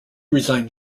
resigned